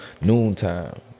noontime